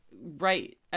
right